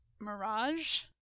mirage